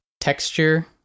texture